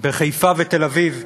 בחיפה ובתל-אביב: